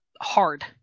hard